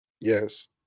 yes